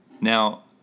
Now